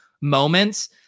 moments